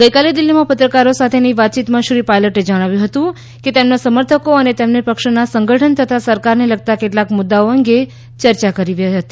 ગઈકાલે દિલ્હીમાં પત્રકારો સાથેની વાતચીતમાં શ્રી પાયલટે જણાવ્યું હતું કે તેમના સમર્થકો અને તેમને પક્ષના સંગઠન તથા સરકારને લગતા કેટલાંક મુદ્દાઓ અંગે ચર્ચા કરવી હતી